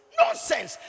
nonsense